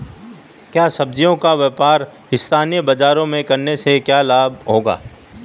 क्या सब्ज़ियों का व्यापार स्थानीय बाज़ारों में करने से लाभ होगा?